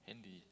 handy